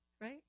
Right